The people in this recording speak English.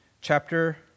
chapter